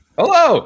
hello